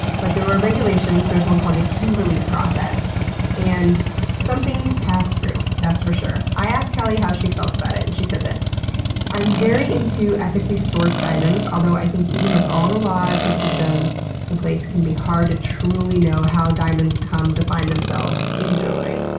but there are regulations there's one called the kimberly process and some things pass through, that's for sure. i asked kelly how she felt and she said this i'm very into ethically sourced diamonds, although i think even with all the laws and systems in place it can be hard to truly know how diamonds come to find themselves in jewelry.